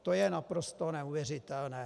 To je naprosto neuvěřitelné.